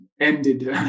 ended